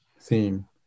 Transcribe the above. theme